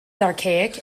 archaic